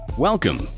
Welcome